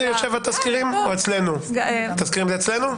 תסקירים זה אצלנו?